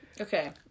Okay